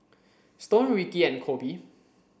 Stone Ricky and Koby